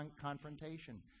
confrontation